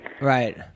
right